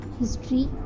history